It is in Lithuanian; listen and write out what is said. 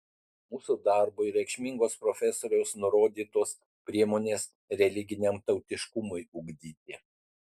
mūsų darbui reikšmingos profesoriaus nurodytos priemonės religiniam tautiškumui ugdyti